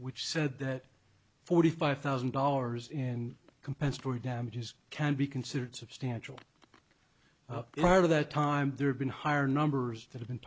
which said that forty five thousand dollars in compensatory damages can be considered substantial part of that time there have been higher numbers that have been